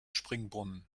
springbrunnen